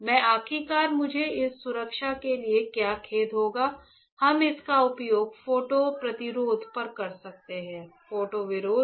तो आखिरकार मुझे इस सुरक्षा के लिए क्या खेद होगा हम इसका उपयोग फोटो प्रतिरोध कर सकते हैं फोटो विरोध